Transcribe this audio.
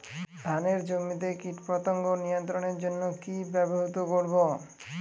ধানের জমিতে কীটপতঙ্গ নিয়ন্ত্রণের জন্য কি ব্যবহৃত করব?